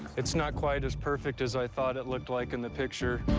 it's not quite as perfect as i thought it looked like in the picture.